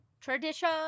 Tradition